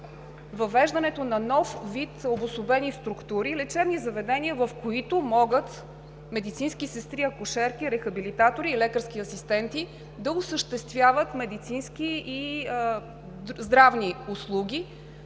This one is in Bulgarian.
въвеждането на нов вид обособени структури, лечебни заведения, в които медицински сестри, акушерки, рехабилитатори и лекарски асистенти могат да осъществяват медицински и здравни услуги